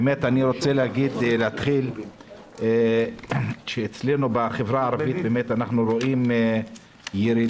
באמת אני רוצה להתחיל שאצלנו בחברה הערבית אנחנו רואים ירידה